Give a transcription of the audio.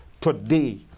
today